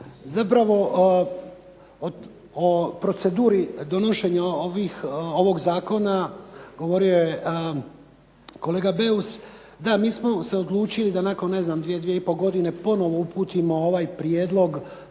Zapravo, o proceduri donošenja ovog Zakona, govorio je kolega Beus. Da mi smo se odlučili, da nakon 2, 2 i pol godine ponovno uputimo ovaj Prijedlog